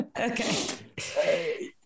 okay